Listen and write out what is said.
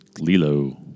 Lilo